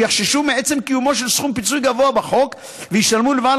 שיחששו מעצם קיומו של סכום פיצוי גבוה בחוק וישלמו לבעל